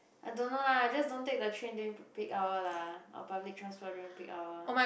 I don't know lah just don't take the train during peak peak hour lah or public transport during peak hour